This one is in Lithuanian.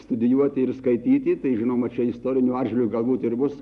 studijuoti ir skaityti tai žinoma čia istoriniu atžvilgiu galbūt ir bus